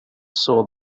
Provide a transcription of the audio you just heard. saw